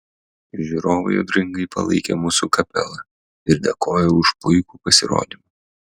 žiūrovai audringai palaikė mūsų kapelą ir dėkojo už puikų pasirodymą